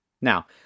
Now